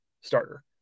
starter